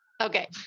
Okay